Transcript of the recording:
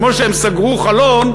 כמו שהם סגרו חלון,